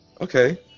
Okay